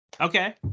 Okay